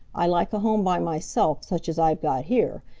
i like a home by myself, such as i've got here,